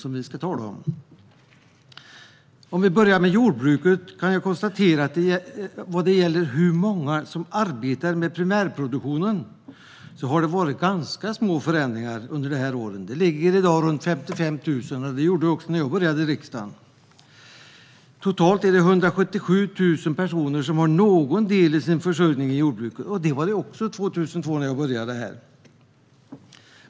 Om jag börjar med jordbruket kan jag när det gäller hur många som arbetar med primärproduktionen konstatera att det har varit ganska små förändringar under dessa år. Det är i dag omkring 55 000 som arbetar där, och det var det även när jag började i riksdagen. Totalt är det 177 000 personer som har någon del av sin försörjning i jordbruket. Det var det även 2002 när jag började här.